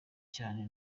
cyane